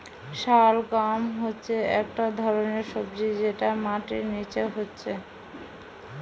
শালগাম হচ্ছে একটা ধরণের সবজি যেটা মাটির নিচে হচ্ছে